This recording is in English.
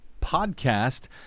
podcast